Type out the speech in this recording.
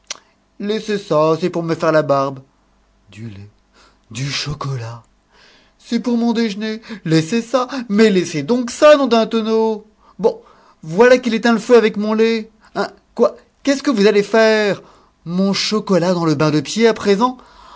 laissez ça c'est pour me faire la barbe du lait du chocolat c'est pour mon déjeuner laissez ça mais laissez donc ça nom d'un tonneau bon voilà qu'il éteint le feu avec mon lait hein quoi qu'est-ce que vous allez faire mon chocolat dans le bain de pieds à présent